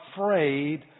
afraid